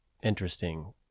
interesting